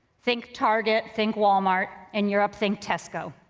think target, think walmart, in europe think tesco.